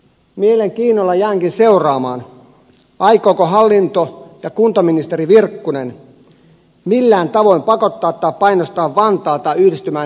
mielenkiinnolla jäänkin seuraamaan aikooko hallinto ja kuntaministeri virkkunen millään tavoin pakottaa tai painostaa vantaata yhdistymään helsingin kanssa